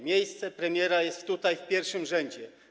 Miejsce premiera jest tutaj, w pierwszym rzędzie.